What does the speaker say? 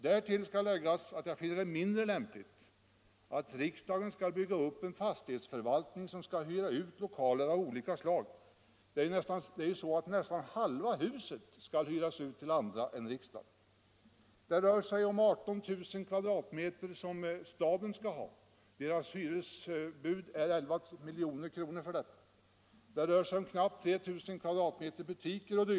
Därtill skall läggas att jag finner det mindre lämpligt att riksdagen skall bygga upp en fastighetsförvaltning som skall hyra ut lokaler av olika slag. Nästan halva huset skall ju hyras ut till andra intressenter än riksdagen. Den yta som staden skall disponera är 18 000 m”. Stadens hyresbud för denna yta är 11 milj.kr. Dessutom skall knappt 3 000 m? utnyttjas av butiker o. d.